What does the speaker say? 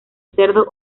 cerdo